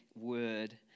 word